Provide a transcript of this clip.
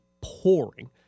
pouring